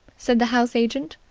said the house-agent.